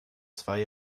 zwei